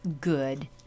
good